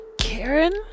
Karen